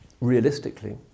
realistically